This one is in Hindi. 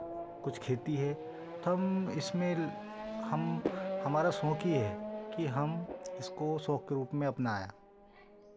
कुछ खेती है तो हम इसमें ल हम हमारा शौक ही है कि हम इसको शौक के रूप में अपनाए